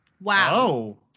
Wow